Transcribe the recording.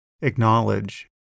acknowledge